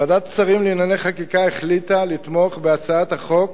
ועדת השרים לענייני חקיקה החליטה לתמוך בהצעת החוק,